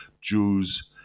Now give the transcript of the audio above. Jews